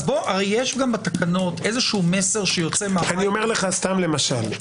הרי יש בתקנות מסר שיוצא- -- למשל,